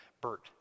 Bert